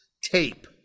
tape